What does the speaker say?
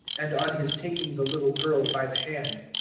and on his taking the little girl by the hand,